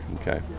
Okay